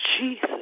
Jesus